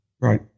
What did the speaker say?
Right